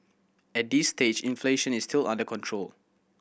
at this stage inflation is still under control